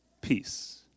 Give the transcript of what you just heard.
peace